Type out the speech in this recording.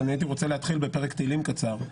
אבל הייתי רוצה להתחיל בפרק תהלים קצר.